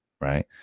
Right